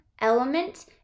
element